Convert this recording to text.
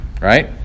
Right